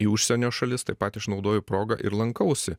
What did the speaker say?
į užsienio šalis taip pat išnaudoju progą ir lankausi